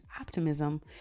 optimism